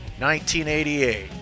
1988